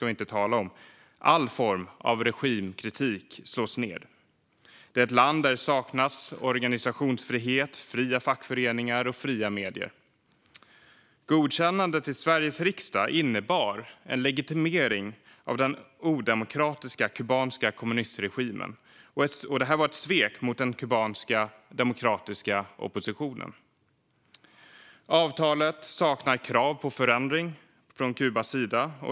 All form av regimkritik slås ned. Det är ett land där det saknas organisationsfrihet, fria fackföreningar och fria medier. Godkännandet i Sveriges riksdag innebar en legitimering av den odemokratiska kubanska kommunistregimen, och det var ett svek mot den kubanska demokratiska oppositionen. Avtalet saknar krav på förändring från Kubas sida.